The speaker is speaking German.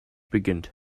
beginnt